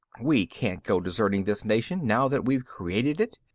we can't go deserting this nation now that we've created it.